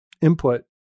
input